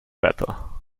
better